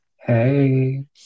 Hey